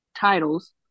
titles